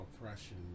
oppression